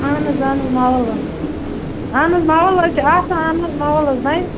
اہن حظ اہن حظ مَوَل اہن حظ مَوَل حظ چھِ آسان اہن حظ مَوَل حظ بَنہِ